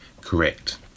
correct